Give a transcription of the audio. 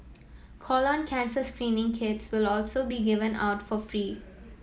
colon cancer screening kits will also be given out for free